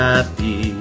Happy